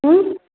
हुँ